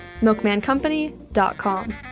MilkmanCompany.com